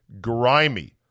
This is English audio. grimy